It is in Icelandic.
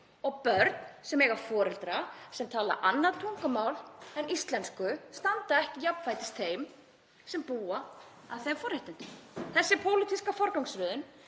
og börn sem eiga foreldra sem tala annað tungumál en íslensku standa ekki jafnfætis þeim sem búa að þeim forréttindum. Þessi pólitíska forgangsröðun,